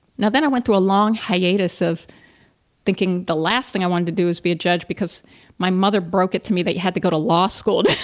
now then, i went through a long hiatus of thinking the last thing i wanted to do is be a judge because my mother broke it to me that you had to go to law school.